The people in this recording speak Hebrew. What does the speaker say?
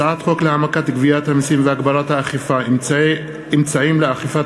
הצעת חוק להעמקת גביית המסים והגברת האכיפה (אמצעים לאכיפת